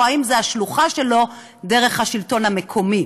אם השלוחה שלו דרך השלטון המקומי.